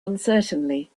uncertainly